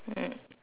mm